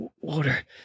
water